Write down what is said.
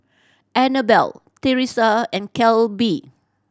Anabelle Theresa and Kelby